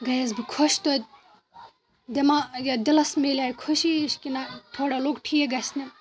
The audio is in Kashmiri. گٔیَس بہٕ خۄش توتہِ دٮ۪ما یہِ دِلَس میلیٛاے خوشی ہِش کہِ نہ تھوڑا لوٚگ ٹھیٖک گژھِنہِ